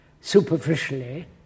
superficially